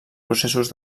processos